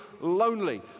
lonely